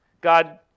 God